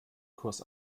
kurs